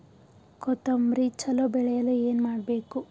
ಕೊತೊಂಬ್ರಿ ಚಲೋ ಬೆಳೆಯಲು ಏನ್ ಮಾಡ್ಬೇಕು?